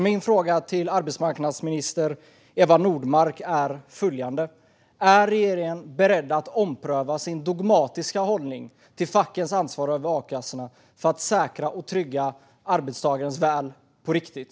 Min fråga till arbetsmarknadsminister Eva Nordmark är: Är regeringen beredd att ompröva sin dogmatiska hållning när det gäller fackets ansvar för a-kassorna för att säkra och trygga arbetstagares väl på riktigt?